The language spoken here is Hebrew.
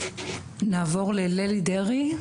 ברשותכם נעבור לללי דרעי,